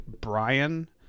Brian